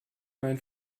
mein